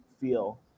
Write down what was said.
feel